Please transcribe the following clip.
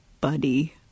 buddy